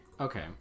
Okay